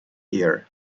air